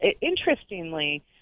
Interestingly